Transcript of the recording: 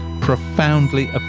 profoundly